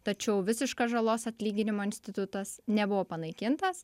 tačiau visiškas žalos atlyginimo institutas nebuvo panaikintas